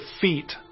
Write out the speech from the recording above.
feet